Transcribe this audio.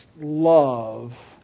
love